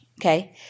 okay